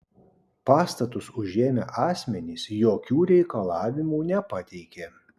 pastatus užėmę asmenys jokių reikalavimų nepateikė